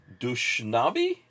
Dushnabi